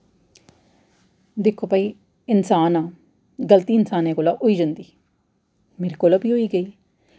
दिक्खो भाई इंसान आं गलती इंसानें कोला होई जंदी मेरे कोला बी होई गेई